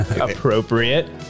Appropriate